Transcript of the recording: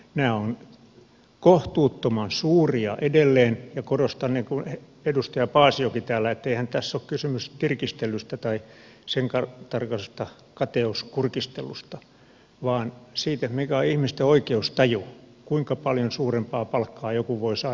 nämä ovat kohtuuttoman suuria edelleen ja korostan niin kuin edustaja paasiokin täällä että eihän tässä ole kysymys tirkistelystä tai kateuskurkistelusta vaan siitä mikä on ihmisten oikeustaju kuinka paljon suurempaa palkkaa joku voi saada kuin toinen